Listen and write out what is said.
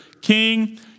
King